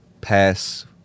pass